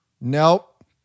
Nope